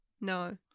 No